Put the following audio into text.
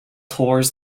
tours